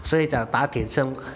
所以讲打铁趁热